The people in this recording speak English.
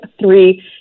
three